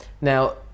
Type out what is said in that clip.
now